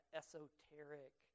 esoteric